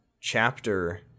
chapter